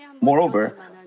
Moreover